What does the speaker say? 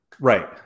Right